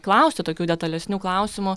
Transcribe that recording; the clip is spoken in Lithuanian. klausti tokių detalesnių klausimų